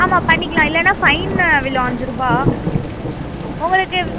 ஆமாம் பண்ணிக்கலாம் இல்லைனா ஃபைனு விழும் அஞ்சு ரூபாய் உங்களுக்கு